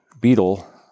beetle